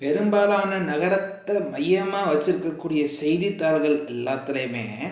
பெரும்பாலான நகரத்தை மையமாக வச்சுருக்கக் கூடிய செய்தித்தாள்கள் எல்லாத்துலேயுமே